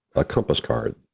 a compass card,